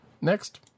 next